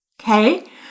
okay